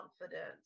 confidence